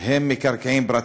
הם מקרקעין פרטיים.